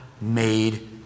made